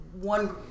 one